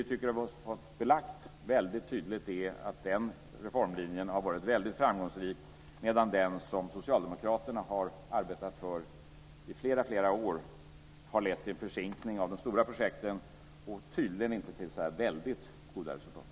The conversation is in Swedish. Vi tycker att det är mycket tydligt belagt att den reformlinjen har varit väldigt framgångsrik, medan den som socialdemokraterna har arbetat för i flera år har lett till försinkning av de stora projekten och inte har givit så väldigt goda resultat.